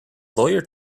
lawyer